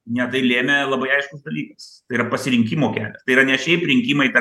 ne tai lėmė labai aiškus dalykas tai yra pasirinkimo kelias tai yra ne šiaip rinkimai tarp